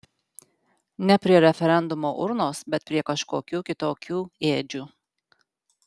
ne prie referendumo urnos bet prie kažkokių kitokių ėdžių